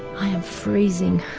i am freezing,